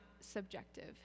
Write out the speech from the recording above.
subjective